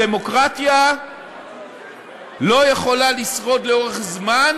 דמוקרטיה לא יכולה לשרוד לאורך זמן